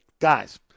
guys